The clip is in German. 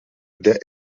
der